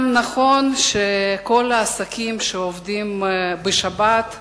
גם נכון שכל העסקים שעובדים בשבת,